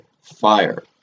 fire